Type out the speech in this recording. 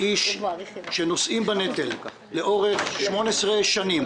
אנשים נושאים בנטל לאורך 18 שנים.